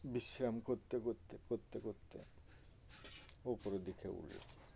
বিশ্রাম করতে করতে করতে করতে ওপর দিকে উঠল